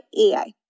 AI